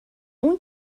اون